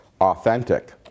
authentic